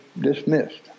dismissed